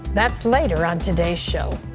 that's later on today show.